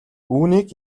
үүнийг